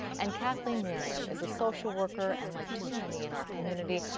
and kathleen merriam is a social worker and like too many in our community,